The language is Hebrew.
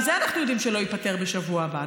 אנחנו יודעים שגם זה לא ייפתר בשבוע הבא.